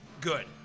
Good